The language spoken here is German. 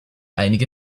einige